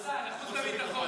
חוץ וביטחון.